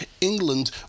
England